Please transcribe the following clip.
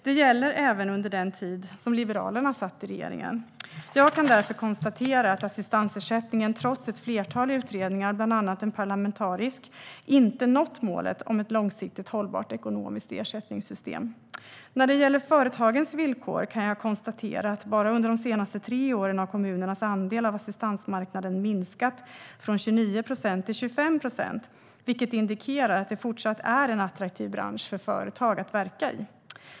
Det gäller även under den tid som Liberalerna satt i regeringen. Jag kan därför konstatera att assistansersättningen trots ett flertal utredningar, bland annat en parlamentarisk sådan, inte nått målet om ett långsiktigt hållbart ekonomiskt ersättningssystem. När det gäller företagens villkor kan jag konstatera att bara under de senaste tre åren har kommunernas andel av assistansmarknaden minskat från 29 procent till 25 procent, vilket indikerar att det fortsatt är en attraktiv bransch för företag att verka i.